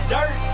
Dirt